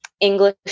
English